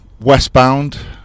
westbound